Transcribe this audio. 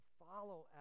follow